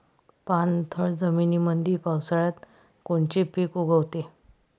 पाणथळ जमीनीमंदी पावसाळ्यात कोनचे पिक उगवते?